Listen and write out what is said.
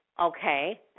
okay